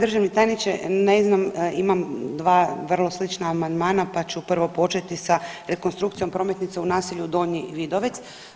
Državni tajniče, ne znam, imam dva vrlo slična amandmana, pa ću prvo početi sa rekonstrukcijom prometnica u naselju Donji Vidovec.